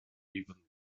even